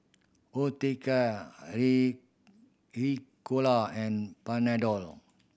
Osteocare Ricola and Panadol